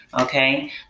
Okay